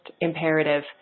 imperative